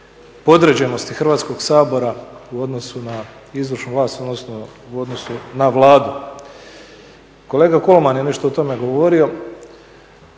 podređenosti Hrvatskog sabora u odnosu na izvršnu vlast, odnosno u odnosu na Vladu. Kolega Kolman je nešto o tome govorio,